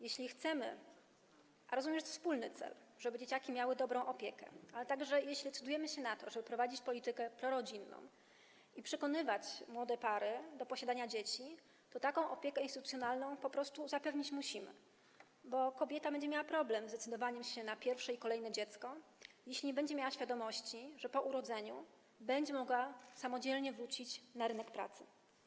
Jeśli chcemy - a rozumiem, że to jest wspólny cel - żeby dzieciaki miały dobrą opiekę, ale także jeśli decydujemy się na to, żeby prowadzić politykę prorodzinną i przekonywać młode pary do posiadania dzieci, to taką opiekę instytucjonalną po prostu zapewnić musimy, bo kobieta będzie miała problem z decydowaniem się na pierwsze i kolejne dziecko, jeśli nie będzie miała świadomości, że po urodzeniu będzie mogła samodzielnie wrócić na rynek pracy.